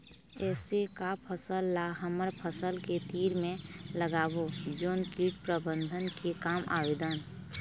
ऐसे का फसल ला हमर फसल के तीर मे लगाबो जोन कीट प्रबंधन के काम आवेदन?